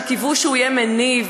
שקיוו שהוא יהיה מניב,